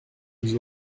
nous